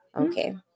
Okay